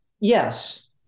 yes